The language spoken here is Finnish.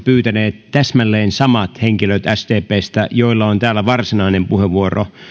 pyytäneet sdpstä täsmälleen samat henkilöt joilla on täällä varsinainen puheenvuoro